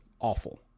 awful